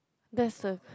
that's a